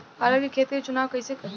अरहर के खेत के चुनाव कईसे करी?